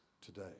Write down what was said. today